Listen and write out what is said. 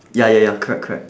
ya ya ya correct correct